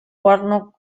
warnock